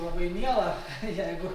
labai miela jeigu